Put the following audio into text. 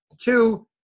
Two